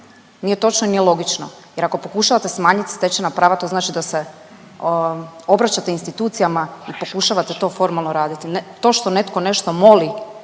nije točno i nije logično jer ako pokušavate smanjit stečena prava to znači da se obraćate institucijama i pokušavate to formalno raditi. To što netko nešto moli